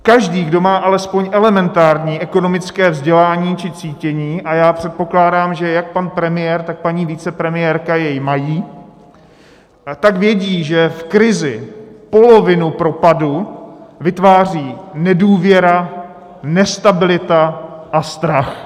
Každý, kdo má alespoň elementární ekonomické vzdělání či cítění, a já předpokládám, že jak pan premiér, tak paní vicepremiérka jej mají, tak ví, že v krizi polovinu propadu vytváří nedůvěra, nestabilita a strach.